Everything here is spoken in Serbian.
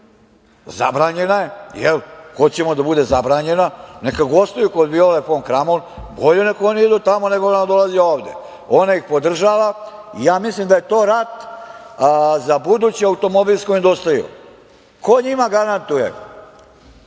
zabranjena je, hoćemo da bude zabranjena, neka gostuju kod Viole fon Kramon, bolje neka oni idu tamo, nego da ona dolazi ovde. Ona ih podržava, i mislim da je to rat za buduću automobilsku industriju. Ko njima garantuje